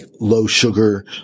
low-sugar